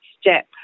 step